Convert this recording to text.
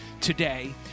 today